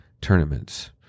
tournaments